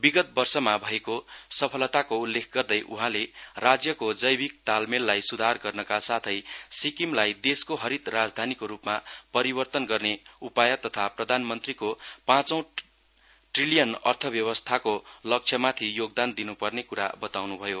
विगत वर्षमा भएको सफलताको उल्लेख गर्दै उहाँले राज्यको जैविक तालमेललाई स्धार गर्नका साथै सिक्किमलाई देशको हरित राजधानको रूपमा परिवर्तन गर्ने उपाय तथा प्रधानमन्त्रीको पाँच ट्रिलियन अर्थव्यवस्थाको लक्ष्यमाथि योगदान दिनुपर्ने कुरा बताउनु भयो